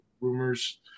rumors